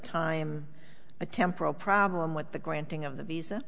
time a temporal problem with the granting of the visa